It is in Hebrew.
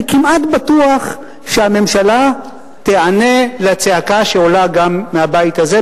אני כמעט בטוח שהממשלה תיענה לצעקה שעולה גם מהבית הזה,